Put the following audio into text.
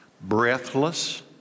breathless